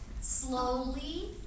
slowly